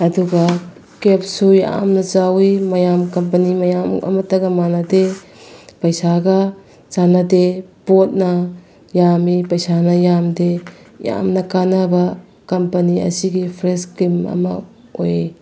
ꯑꯗꯨꯒ ꯀꯦꯞꯁꯨ ꯌꯥꯝꯅ ꯆꯥꯎꯋꯤ ꯃꯌꯥꯝ ꯀꯝꯄꯅꯤ ꯃꯌꯥꯝ ꯑꯃꯠꯇꯒ ꯃꯥꯟꯅꯗꯦ ꯄꯩꯁꯥꯒ ꯆꯥꯟꯅꯗꯦ ꯄꯣꯠꯅ ꯌꯥꯝꯃꯤ ꯄꯩꯁꯥꯅ ꯌꯥꯝꯗꯦ ꯌꯥꯝꯅ ꯀꯥꯟꯅꯕ ꯀꯝꯄꯅꯤ ꯑꯁꯤꯒꯤ ꯐꯦꯁ ꯀ꯭ꯔꯤꯝ ꯑꯃ ꯑꯣꯏ